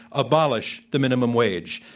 abolish the minimum wage.